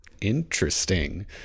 interesting